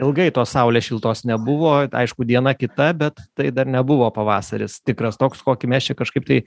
ilgai tos saulės šiltos nebuvo aišku diena kita bet tai dar nebuvo pavasaris tikras toks kokį mes čia kažkaip tai